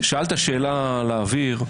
זרקת שאלה לאוויר,